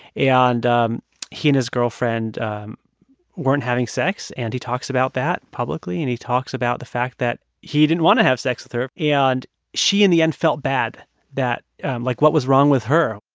ah and um he and his girlfriend weren't having sex. and he talks about that publicly and he talks about the fact that he didn't want to have sex with her. and she, in the end felt bad that like, what was wrong with her?